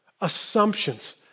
assumptions